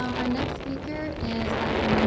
um our next speaker is dr.